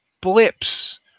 blips